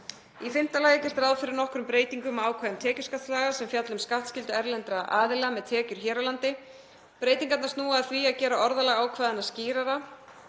Í fimmta lagi er gert ráð fyrir nokkrum breytingum á ákvæðum tekjuskattslaga sem fjalla um skattskyldu erlendra aðila með tekjur hér á landi. Breytingarnar snúa að því að gera orðalag ákvæðanna skýrari